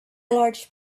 large